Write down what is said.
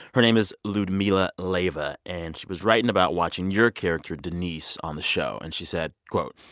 her name is ludmila leiva. and she was writing about watching your character, denise, on the show. and she said, quote,